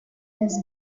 has